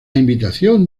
invitación